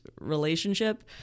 relationship